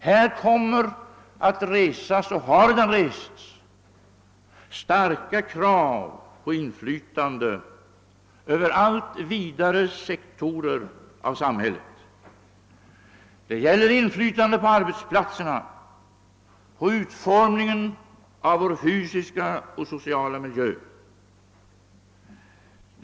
Här kommer att resas och har redan rests starka krav på inflytande över allt vidare sektorer av samhället. Det gäller inflytande på arbetsplatserna, på utformningen av vår fysiska och sociala miljö.